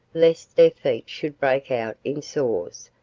lest their feet should break out in sores,